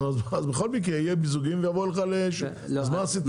נו אז בכל מקרה יהיה מיזוגים, אז מה עשית?